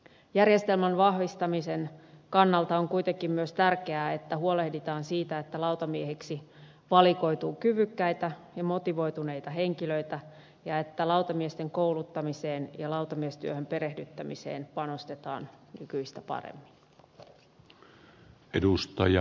järjestelmän vahvistamisen kannalta on kuitenkin myös tärkeää että huolehditaan siitä että lautamieheksi valikoituu kyvykkäitä ja motivoituneita henkilöitä ja että lautamiesten kouluttamiseen ja lautamiestyöhön perehdyttämiseen panostetaan nykyistä paremmin